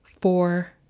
four